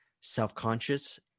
self-conscious